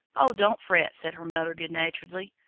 oh, don't fret, said her mother, good naturedly,